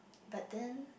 but then